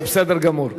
זה בסדר גמור.